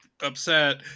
upset